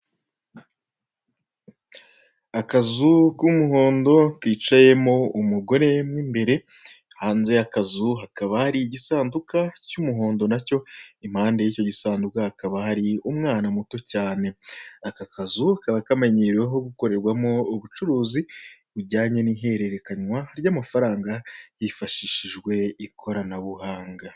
Akazu k'umuhondo kicayemo umugore mo imbere, hanze y'akazu hakaba hari igisanduka cy'umuhondo nacyo, impande y'icyo gisanduka hakaba hari umwana muto cyane, aka kazu kaba kamenyereweho gukorerwamo ubucuruzi bujyanye n'ihererekanywa ry'amafaranga hifashishijwe ikoranabuhanga.